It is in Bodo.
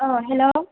अ हेल्ल'